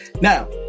Now